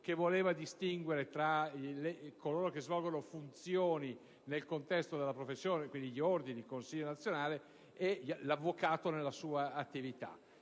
che voleva distinguere tra coloro che svolgono funzioni nel contesto della professione - quindi, gli ordini ed il Consiglio nazionale - e l'avvocato nella sua attività,